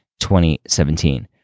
2017